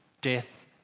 Death